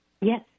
Yes